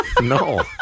No